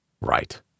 Right